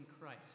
Christ